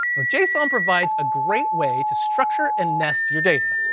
ah json provides a great way to structure, and nest your data.